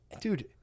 Dude